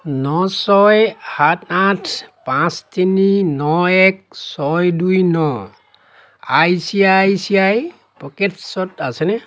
ন ছয় সাত আঠ পাঁচ তিনি ন এক ছয় দুই ন I C I C I পকেটছ্ত আছেনে